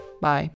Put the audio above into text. Bye